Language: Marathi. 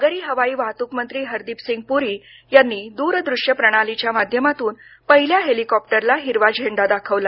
नागरी हवाई वाहतूक मंत्री हरदीप सिंग पुरी यांनी दूरदृश्य प्रणालीच्या माध्यमातून पहिल्या हेलिकॉप्टरला हिरवा झेंडा दाखवला